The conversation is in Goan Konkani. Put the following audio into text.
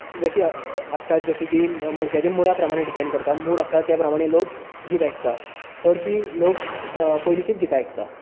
अशी आसतात जशी की मनशाच्या मुडा प्रमाणें डिपेंड करता मूड आसता ते प्रमाणे लोक गीत आयकतात चडशीं लोक पयलींचीच गितां आयकतात